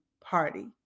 party